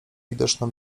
widoczną